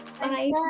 Bye